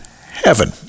heaven